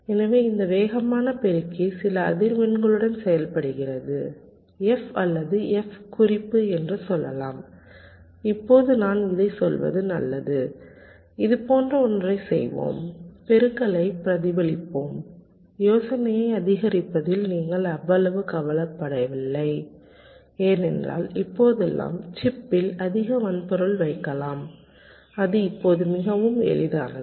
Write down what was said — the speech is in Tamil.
எனவே இந்த வேகமான பெருக்கி சில அதிர்வெண்களுடன் செயல்படுகிறது f அல்லது f குறிப்பு என்று சொல்லலாம் இப்போது நான் இதைச் சொல்வது நல்லது இதுபோன்ற ஒன்றைச் செய்வோம் பெருக்கலைப் பிரதிபலிப்போம் யோசனையை அதிகரிப்பதில் நீங்கள் அவ்வளவு கவலைப்படவில்லை ஏனென்றால் இப்போதெல்லாம் சிப்பில் அதிக வன்பொருள் வைக்கலாம் அது இப்போது மிகவும் எளிதானது